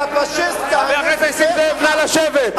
אתה פאשיסט, חבר הכנסת נסים זאב, נא לשבת.